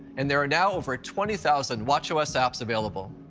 and there are now over twenty thousand watchos apps available.